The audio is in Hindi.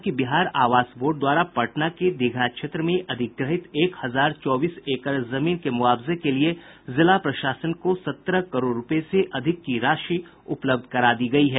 राज्य सरकार ने आज कहा कि बिहार आवास बोर्ड द्वारा पटना के दीघा क्षेत्र में अधिग्रहित एक हजार चौबीस एकड़ जमीन के मुआवजे के लिए जिला प्रशासन को सत्रह करोड़ रूपये से अधिक की राशि उपलब्ध करा दी गयी है